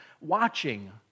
watching